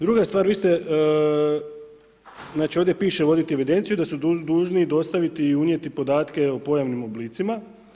Druga stvar, vi ste, znači ovdje piše voditi evidenciju da su dužni dostaviti i unijeti podatke o pojavnim oblicima.